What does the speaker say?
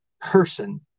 person